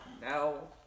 no